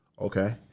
Okay